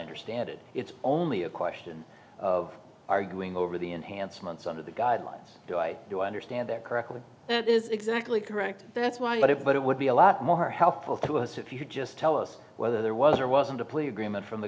understand it it's only a question of arguing over the enhancements under the guidelines do i do understand that correctly that is exactly correct that's why but if it would be a lot more helpful to us if you just tell us whether there was or wasn't a plea agreement from the